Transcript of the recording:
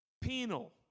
Penal